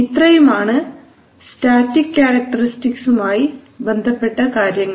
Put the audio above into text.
ഇത്രയുമാണ് സ്റ്റാറ്റിക് ക്യാരക്ടറിസ്റ്റിക്സുമായി ബന്ധപ്പെട്ട കാര്യങ്ങൾ